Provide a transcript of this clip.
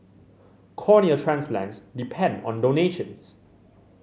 cornea transplants depend on donations